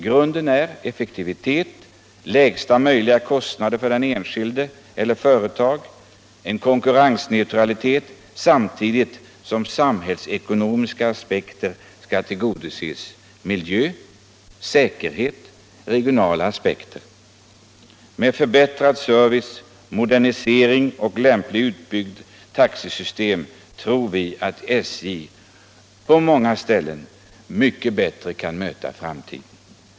Grunden är effektivitet, lägsta möjliga kostnad för den enskilde och företagen och konkurrensneutralitet. Samtidigt skall samhällsekonomiska aspekter tillgodoses: miljö, säkerhet, regionala intressen. Med förbättrad service, modernisering och lämpligt utbyggt taxesystem tror vi att SJ på många ställen mycket bättre kan möta framtiden.